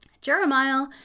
Jeremiah